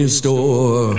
store